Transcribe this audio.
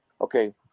okay